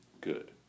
good